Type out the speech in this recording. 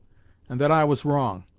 and that i was wrong,